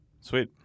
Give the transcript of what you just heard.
Sweet